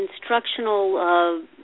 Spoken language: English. instructional